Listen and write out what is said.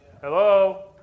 Hello